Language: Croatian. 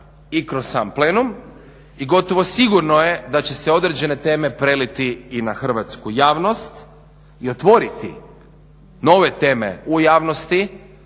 i kroz sam plenum. I gotovo sigurno je da će se određene teme preliti i na hrvatsku javnost i otvoriti nove teme u javnosti.